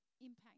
impact